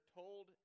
told